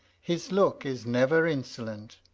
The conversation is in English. his look is never insolent.